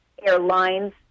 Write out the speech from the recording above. airlines